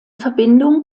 verbindung